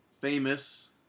famous